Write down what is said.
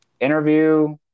interview